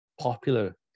popular